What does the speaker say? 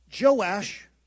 Joash